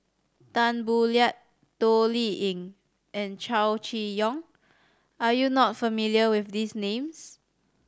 Tan Boo Liat Toh Liying and Chow Chee Yong are you not familiar with these names